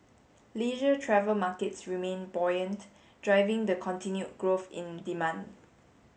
leisure travel markets remain buoyant driving the continued growth in demand